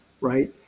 right